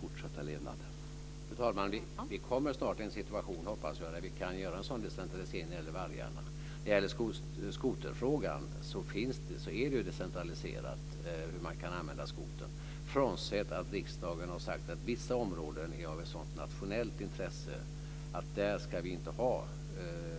Fru talman! Jag hoppas att vi snart kommer till en situation där vi kan göra en sådan decentralisering när det gäller vargarna. Skoterfrågan - hur man kan använda skotern - är redan decentraliserad, frånsett att riksdagen har sagt att vissa områden är av ett sådant nationellt intresse att vi där inte ska ha